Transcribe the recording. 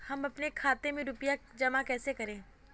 हम अपने खाते में रुपए जमा कैसे करें?